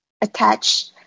attach